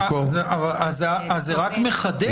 אז זה רק מחדד את מה שאמרתי.